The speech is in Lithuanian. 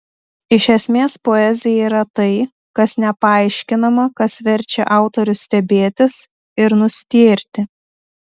iš esmės poezija yra tai kas nepaaiškinama kas verčia autorių stebėtis ir nustėrti